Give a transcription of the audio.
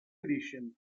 edition